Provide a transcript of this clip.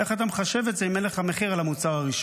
איך אתה מחשב את זה אם אין לך מחיר על המוצר הראשון?